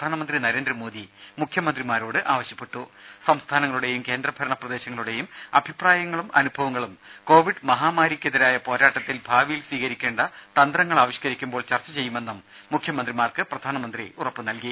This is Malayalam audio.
പ്രധാനമന്ത്രി നരേന്ദ്രമോദി സംസ്ഥാനങ്ങളുടേയും കേന്ദ്രഭരണ പ്രദേശങ്ങളുടേയും അഭിപ്രായങ്ങളും അനുഭവങ്ങളും കോവിഡ് മഹാമാരിക്കെതിരായ പോരാട്ടത്തിൽ ഭാവിയിൽ സ്വീകരിക്കേണ്ട തന്തങ്ങൾ ആവിഷ്കരിക്കുമ്പോൾ ചർച്ച ചെയ്യുമെന്ന് മുഖ്യമന്ത്രിമാർക്ക് പ്രധാനമന്ത്രി ഉറപ്പു നൽകി